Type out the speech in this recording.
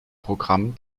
programm